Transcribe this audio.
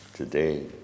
Today